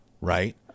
right